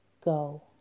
go